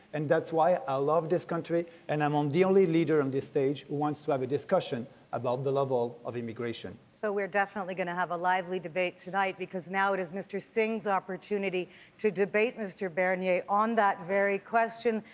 and that's why i love this country and i'm um the only leader on this stage who wants to have a discussion about the level of immigration. lisa so we're definitely going to have a lively debate tonight because now it is mr. singh's opportunity to debate mr. bernier on that very question,